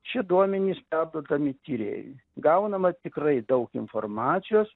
šie duomenys perduodami tyrėjui gaunama tikrai daug informacijos